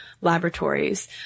Laboratories